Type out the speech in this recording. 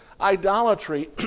idolatry